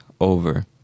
over